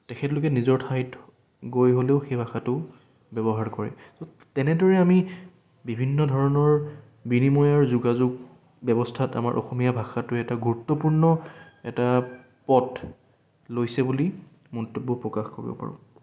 তেখেতলোকে নিজৰ ঠাইত গৈ হ'লেও সেই ভাষাটো ব্যৱহাৰ কৰে তেনেদৰে আমি বিভিন্ন ধৰণৰ বিনিময়ৰ যোগাযোগ ব্যৱস্থাত আমাৰ অসমীয়া ভাষাটোৱে এটা গুৰুত্বপূৰ্ণ এটা পথ লৈছে বুলি মন্তব্য প্ৰকাশ কৰিব পাৰোঁ